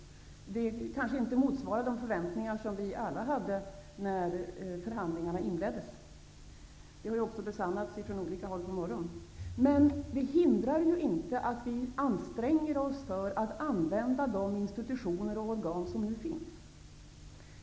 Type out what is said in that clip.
EES-avtalet kanske inte motsvarar de förväntningar som vi alla hade när förhandlingarna inleddes. Det har också besannats från olika håll på morgonen. Men det hindrar ju inte att vi anstränger oss för att använda de institutioner och organ som nu finns.